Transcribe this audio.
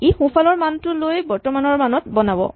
ই সোঁফালৰ মানটো লৈ বৰ্তমানৰ মানত বনাব